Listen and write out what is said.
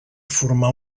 formar